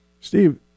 Steve